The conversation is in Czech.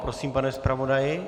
Prosím, pane zpravodaji.